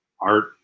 art